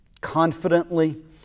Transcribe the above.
confidently